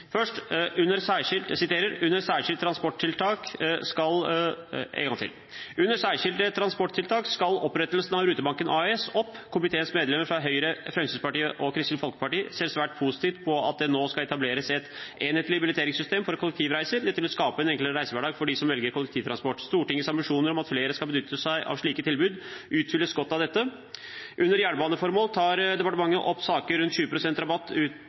jeg siterer: «Under Særskilte transporttiltak tas opprettelsen av Rutebanken AS opp. Komiteens medlemmer fra Høyre, Fremskrittspartiet og Kristelig Folkeparti ser svært positivt på at det nå skal etableres et enhetlig billetteringssystem for kollektivreiser. Dette vil skape en enklere reisehverdag for de som velger kollektivtransport. Stortingets ambisjoner om at flere skal benytte seg av slike tilbud utfylles godt av dette. Under Jernbaneformål tar departementet opp saken rundt 20 pst. rabatt